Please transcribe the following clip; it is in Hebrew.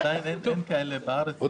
עדיין אין מכשירים כאלה בארץ.